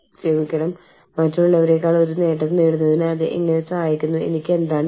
പക്ഷേ ഇത് HR information സിസ്റ്റങ്ങൾ കൈകാര്യം ചെയ്യുന്ന വെല്ലുവിളികളിൽ ഒന്നാണ്